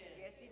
Yes